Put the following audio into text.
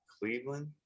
Cleveland